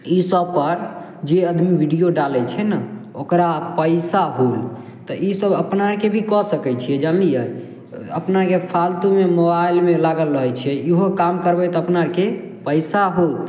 ईसब पर जे अदमी वीडियो डालय छै ने ओकरा पैसा भेल तऽ ईसब अपनाके भी कऽ सकय छियै जनलियै अपनाके फालतुके मोबाइलमे लागल रहय छियै इहो काम करबय तऽ अपना आरके पैसा होत